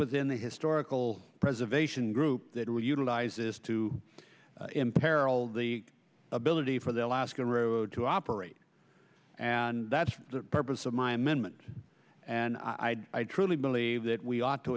within the historical preservation group that will utilize this to imperil the ability for the alaskan road to operate and that's the purpose of my amendment and i i truly believe that we ought to